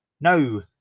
No